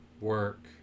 work